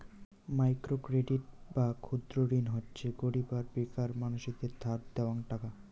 micro credit বা ক্ষুদ্র ঋণ হচ্যে গরীব আর বেকার মানসিদের ধার দেওয়াং টাকা